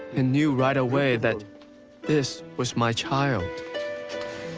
and knew right away that this was my child